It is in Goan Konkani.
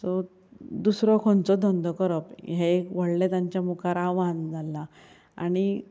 सो दुसरो खंयचोय धंदो करप हें एक व्हडलें तांचे मुखार आव्हान जालां आनी